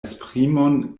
esprimon